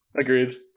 agreed